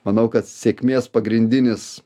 manau kad sėkmės pagrindinis